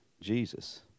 Jesus